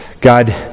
God